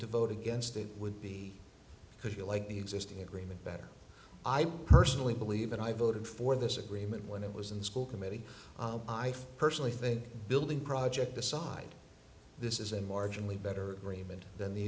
to vote against it would be because you like the existing agreement better i personally believe and i voted for this agreement when it was in the school committee i personally think building project decide this is a marginally better agreement than the